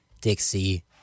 Dixie